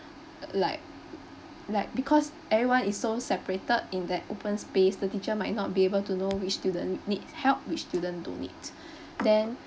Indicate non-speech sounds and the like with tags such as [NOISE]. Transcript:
like like because everyone is so separated in that open space the teacher might not be able to know which student need help which student don't need [BREATH] then